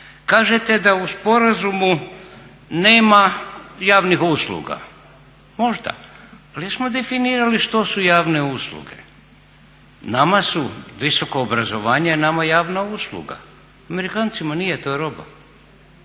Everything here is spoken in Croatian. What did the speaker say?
Kažete da u sporazumu nema javnih usluga možda ali jesmo definirali što su javne usluge? Nama su visoko obrazovanje je nama javna usluga, Amerikancima nije, to je roba,